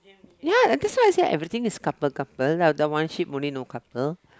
ya that's why I say everything is couple couple then after that one ship only no couple